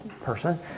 person